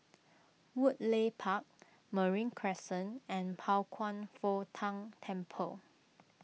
Woodleigh Park Marine Crescent and Pao Kwan Foh Tang Temple